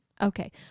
Okay